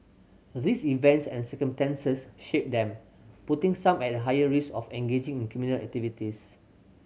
these events and circumstances shape them putting some at a higher risk of engaging in criminal activities